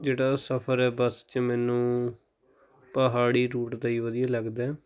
ਜਿਹੜਾ ਸਫ਼ਰ ਹੈ ਬੱਸ 'ਚ ਮੈਨੂੰ ਪਹਾੜੀ ਰੂਟ ਦਾ ਹੀ ਵਧੀਆ ਲੱਗਦਾ